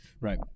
Right